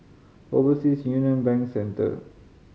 Overseas Union Bank Centre